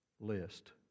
list